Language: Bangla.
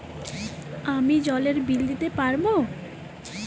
আমি জলের বিল দিতে পারবো?